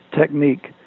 technique